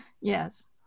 yes